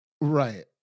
right